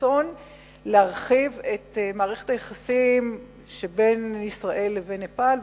ורצון להרחיב את מערכת היחסים שבין ישראל לבין נפאל,